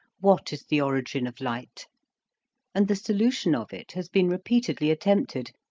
what is the origin of light and the solution of it has been repeatedly attempted,